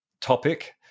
topic